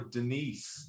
Denise